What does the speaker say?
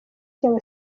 cy’aba